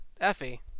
Effie